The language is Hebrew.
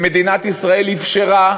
שמדינת ישראל אפשרה